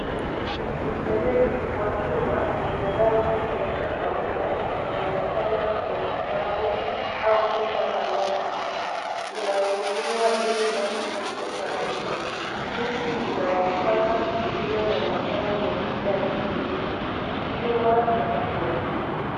Mfereji wa chuma wenye rangi ya kahawia unaonekana kwenye dramu au pipa la maji. Unainuliwa ili maji kutoka nje. Miti inaonekana iliyo na matawi ya kijani kibichi. Jua la tua.